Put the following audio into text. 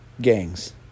gangs